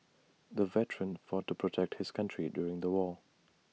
the veteran fought to protect his country during the war